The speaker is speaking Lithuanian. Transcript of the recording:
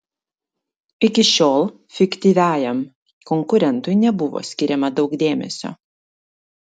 iki šiol fiktyviajam konkurentui nebuvo skiriama daug dėmesio